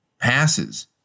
passes